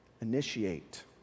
Initiate